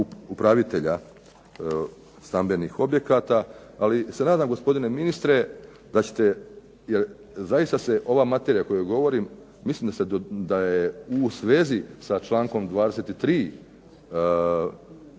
upravitelja stambenih objekata, ali se nadam gospodine ministre da ćete jer zaista se ova materija o kojoj govorim, mislim da je u svezi sa člankom 23.